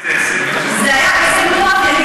זה היה עסק מטורף,